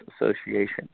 Association